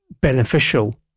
beneficial